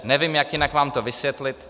Nevím, jak jinak vám to vysvětlit.